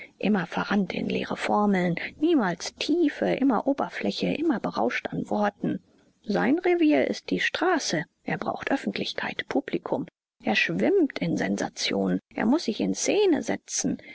immer verrannt in leere formeln niemals tiefe immer oberfläche immer berauscht an worten sein revier ist die straße er braucht öffentlichkeit publikum er schwimmt in sensationen er muß sich in szene setzen